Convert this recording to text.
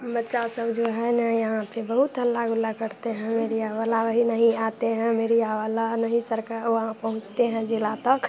बच्चा सब जो है नया पे बहुत हल्ला उल्ला करते हैं मीडिया वाला नहीं आते हैं मीडिया वाला नहीं सरकार वहाँ पहुँचते हैं जिला तक